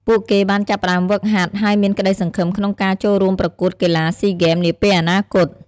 ពួកគេបានចាប់ផ្ដើមហ្វឹកហាត់ ហើយមានក្ដីសង្ឃឹមក្នុងការចូលរួមប្រកួតកីឡាស៊ីហ្គេមនាពេលអនាគត។